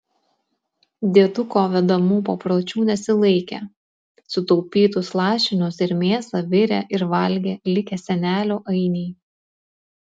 dieduko vedamų papročių nesilaikė sutaupytus lašinius ir mėsą virė ir valgė likę senelio ainiai